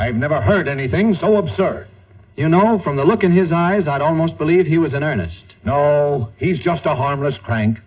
i've never heard anything so absurd you know from the look in his eyes i don't most believe he was an artist no he's just a harmless